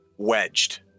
Wedged